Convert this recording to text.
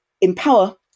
empower